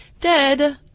dead